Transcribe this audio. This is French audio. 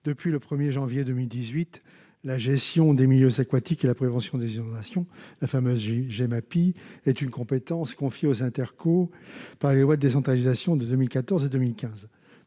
depuis le 1er janvier 2018, la gestion des milieux aquatiques et la prévention des inondations, la fameuse Gemapi, est une compétence confiée aux intercours par les lois de décentralisation de 2014 et 2015